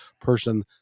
person